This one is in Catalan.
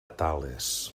tales